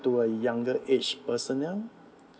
to a younger age personnel